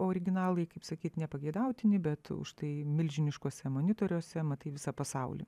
originalai kaip sakyt nepageidautini bet užtai milžiniškuose monitoriuose matai visą pasaulį